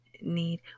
need